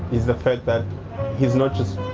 is the fact that he's not just